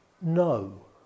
No